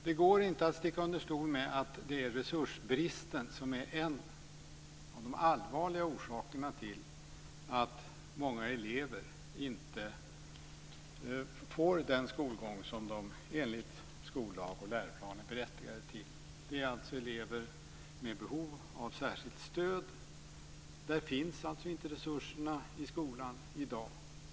Det går inte att sticka under stol med att det är resursbristen som är en av de allvarliga orsakerna till att många elever inte får den skolgång som de enligt skollag och läroplan är berättigade till. Det är alltså elever med behov av särskilt stöd. Där finns alltså inte resurserna i skolan i dag.